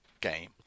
game